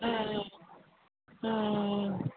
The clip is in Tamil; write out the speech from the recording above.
ம் ம் ம் ம் ம்